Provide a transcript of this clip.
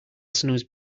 snooze